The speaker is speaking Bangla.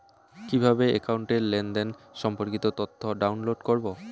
কিভাবে একাউন্টের লেনদেন সম্পর্কিত তথ্য ডাউনলোড করবো?